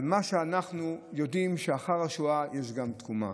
אבל מה שאנחנו יודעים הוא שאחרי השואה יש גם תקומה.